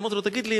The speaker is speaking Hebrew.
אמרתי לו: תגיד לי,